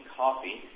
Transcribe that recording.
coffee